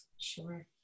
Sure